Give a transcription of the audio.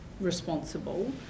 responsible